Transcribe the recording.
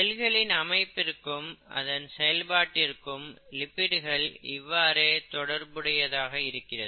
செல்களின் அமைப்பிற்கும் அதன் செயல்பாட்டிற்கும் லிப்பிடுகள் இவ்வாறே தொடர்புடையதாக இருக்கிறது